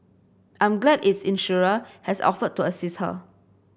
I'm glad its insurer has offered to assist her